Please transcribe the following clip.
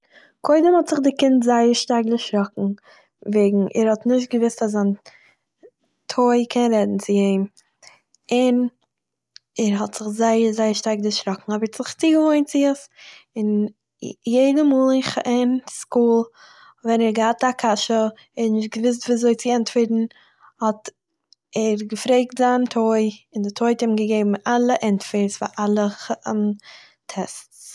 קודם האט זיך די קינד זייער שטארק דערשראקן, וועגן ער האט נישט געוואוסט אז זיין טוי קען רעדן צו אים, און ער האט זיך זייער זייער שטארק דערשראקן אבער ער האט זיך צוגעוואוינט צו עס, און יעדע מאל סקול, ווען ער האט געהאט א קשיא און נישט געוואוסט וויאזוי צו ענטפערן, האט ער געפרעגט זיין טוי און די טוי האט אים געגעבן אלע ענטפערס פאר אלע טעסטס